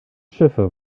schiffe